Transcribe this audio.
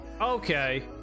Okay